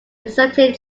inserted